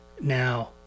Now